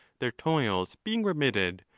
their toils being remitted,